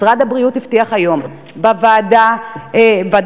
משרד הבריאות הבטיח היום בוועדת הבריאות